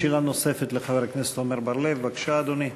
שאלה נוספת לחבר הכנסת עמר בר-לב, בבקשה, אדוני.